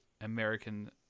American